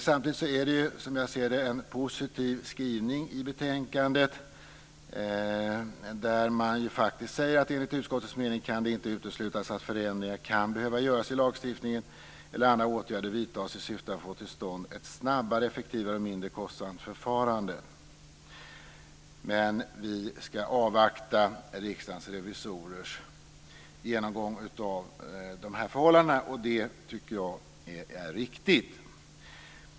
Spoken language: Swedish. Samtidigt finns en positiv skrivning i betänkandet, där man säger att det enligt utskottets mening inte kan uteslutas att förändringar kan behöva göras i lagstiftningen eller andra åtgärder vidtas i syfte att få till stånd ett snabbare, effektivare och mindre kostsamt förfarande. Men vi ska avvakta Riksdagens revisorers genomgång av dessa förhållanden, och det tycker jag är riktigt.